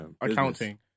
accounting